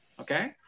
Okay